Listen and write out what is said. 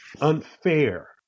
unfair